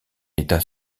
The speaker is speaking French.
état